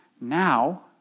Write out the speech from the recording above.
now